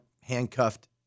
handcuffed